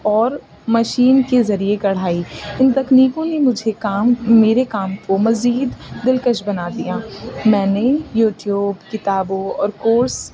اور مشین کے ذریعے کڑھائی ان تکنیکوں نے مجھے کام میرے کام کو مزید دلکش بنا دیا میں نے یوٹیوب کتابوں اور کورس